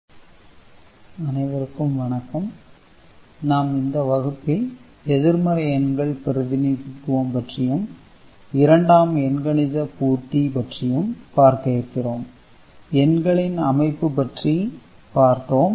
எதிர்மறை எண் மற்றும் டூஸ் காம்ப்ளிமென்ட் எண் கணிதம் அனைவருக்கும் வணக்கம் நாம் இந்த வகுப்பில் எதிர்மறை எண்கள் பிரதிநிதித்துவம் பற்றியும் இரண்டாம் எண்கணித பூர்த்தி இரண்டாம் காம்ப்ளிமென்ட் அறித்மெடிக் பற்றியும் பார்க்க இருக்கிறோம் எண்களின் அமைப்பு பற்றி பார்த்தோம்